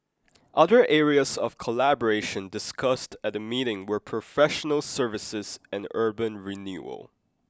other areas of collaboration discussed at the meeting were professional services and urban renewal